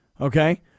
okay